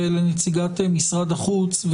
לנציגת משרד החוץ,